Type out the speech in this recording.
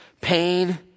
pain